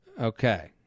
Okay